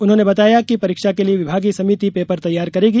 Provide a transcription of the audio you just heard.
उन्होंने बताया कि परीक्षा के लिये विभागीय समिति पेपर तैयार करेगी